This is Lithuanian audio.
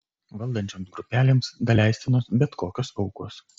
valdančioms grupelėms daleistinos bet kokios aukos